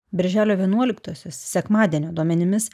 birželio vienuoliktosios sekmadienio duomenimis